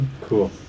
Cool